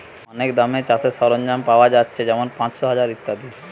অনেক দামে চাষের সরঞ্জাম পায়া যাচ্ছে যেমন পাঁচশ, হাজার ইত্যাদি